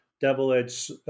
double-edged